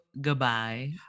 Goodbye